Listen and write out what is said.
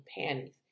panties